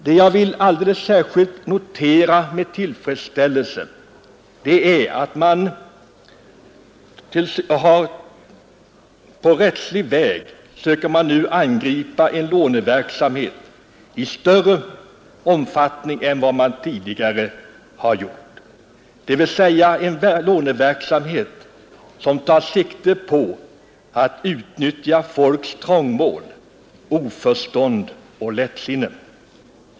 Vad jag med alldeles särskild tillfredsställelse vill notera är att man på rättslig väg nu i större omfattning än vad man tidigare har gjort söker angripa en låneverksamhet som tar sikte på att utnyttja folks trångmål, oförstånd och lättsinne.